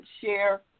share